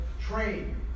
Train